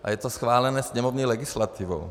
A je to schválené sněmovní legislativou.